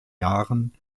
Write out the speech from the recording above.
jahren